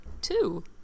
two